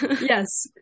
yes